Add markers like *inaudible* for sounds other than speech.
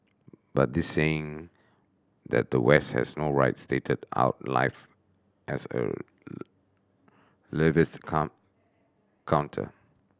but this saying that the West has no right started out life as a relativist *unintelligible* counter